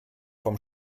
vom